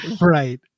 Right